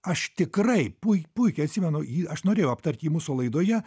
aš tikrai pui puikiai atsimenu jį aš norėjau aptart jį mūsų laidoje